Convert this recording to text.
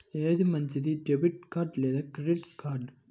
ఏది మంచిది, debit card లేదా క్రెడిట్ కార్డ్?